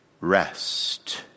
Rest